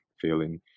feeling